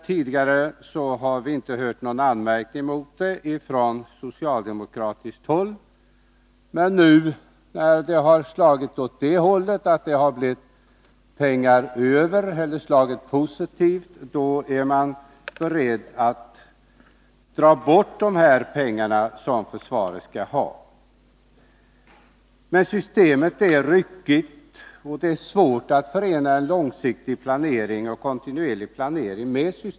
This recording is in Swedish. Tidigare har vi inte hört någon anmärkning mot systemet från socialdemokratiskt håll, men när det nu gått åt det positiva hållet så att det blivit pengar över är man beredd att dra in de pengar som försvaret skall ha. Systemet är ryckigt, och det är svårt att förena med en långsiktig och kontinuerlig planering.